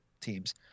teams